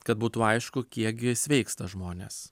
kad būtų aišku kiekgi sveiksta žmonės